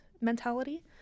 mentality